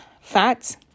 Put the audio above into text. fats